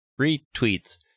retweets